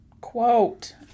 quote